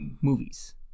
movies